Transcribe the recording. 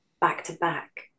back-to-back